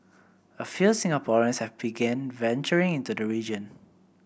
a few Singaporeans have begun venturing into the region